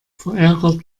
verärgert